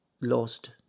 lost